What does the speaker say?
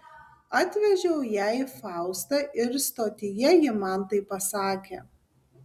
atvežiau jai faustą ir stotyje ji man tai pasakė